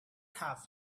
have